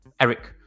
eric